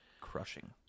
crushing